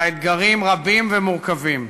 האתגרים רבים ומורכבים: